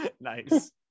Nice